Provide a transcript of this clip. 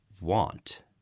want